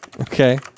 okay